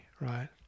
right